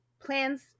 plans